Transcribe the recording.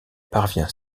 parvient